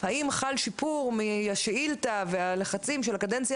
האם חל שיפור מהשאילתה והלחצים של הקדנציה